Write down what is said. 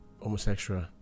homosexual